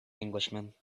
englishman